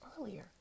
earlier